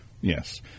Yes